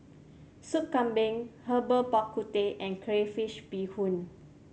Sop Kambing Herbal Bak Ku Teh and crayfish beehoon